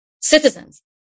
citizens